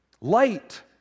Light